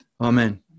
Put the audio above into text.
Amen